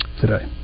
today